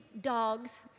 dogs